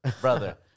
Brother